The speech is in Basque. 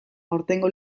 aurtengo